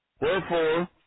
Wherefore